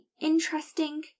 interesting